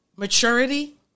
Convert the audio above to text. Maturity